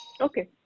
Okay